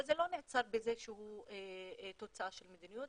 אבל זה לא נעצר בזה שהוא תוצאה של מדיניות,